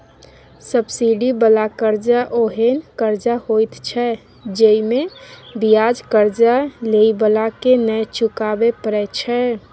subsidy बला कर्जा ओहेन कर्जा होइत छै जइमे बियाज कर्जा लेइ बला के नै चुकाबे परे छै